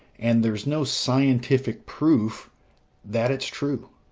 and there's no scientific proof that it's true.